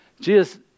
Jesus